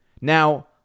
Now